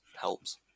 helps